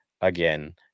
again